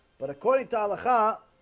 but according to allah ha